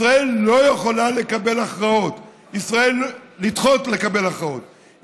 ישראל לא יכולה לדחות קבלת הכרעות,